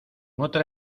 otra